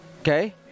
okay